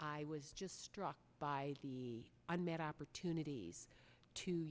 i was just struck by the unmet opportunities to